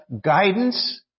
guidance